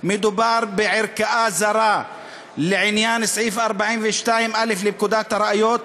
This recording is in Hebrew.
מדובר בערכאה זרה לעניין סעיף 42א לפקודת הראיות,